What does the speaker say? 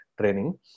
training